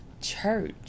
church